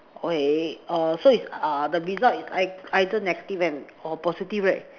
okay err so is uh the result is ei~ either negative and or positive right